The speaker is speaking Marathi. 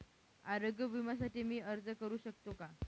आरोग्य विम्यासाठी मी अर्ज करु शकतो का?